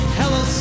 hello